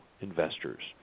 investors